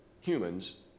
humans